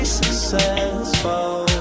successful